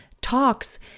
talks